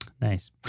Nice